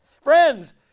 Friends